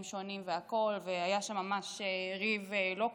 שונים והכול והיה שם ממש ריב לא קל,